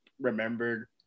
remembered